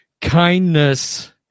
kindness